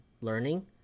learning